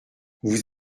vous